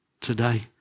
today